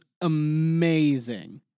amazing